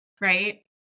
right